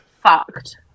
Fucked